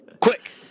Quick